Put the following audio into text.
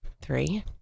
Three